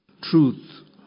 truth